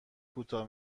کوتاه